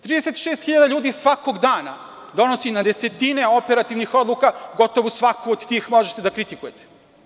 Trideset šest hiljada ljudi svakog dana donosi na desetine operativnih odluka, gotovo svaku od tih možete da kritikujete.